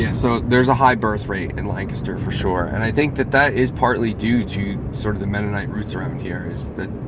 yeah so there's a high birth rate in lancaster for sure. and i think that that is partly due to sort of the mennonite roots around here is that,